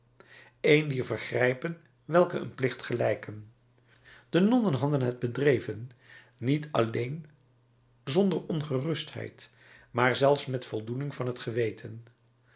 een dier vergrijpen welke een plicht gelijken de nonnen hadden het bedreven niet alleen zonder ongerustheid maar zelfs met voldoening van het geweten